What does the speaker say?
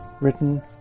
written